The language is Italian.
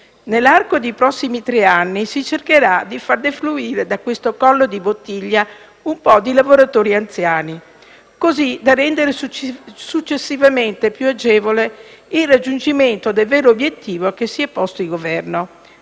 Nell'arco dei prossimi tre anni, si cercherà di far defluire da questo collo di bottiglia un certo numero di lavoratori anziani, così da rendere successivamente più agevole il raggiungimento del vero obiettivo che si è posto il Governo: